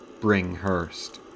Bringhurst